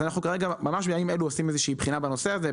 אז בימים אלה אנחנו עושים בחינה בנושא הזה.